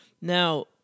Now